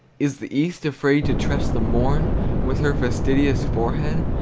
is the east afraid to trust the morn with her fastidious forehead?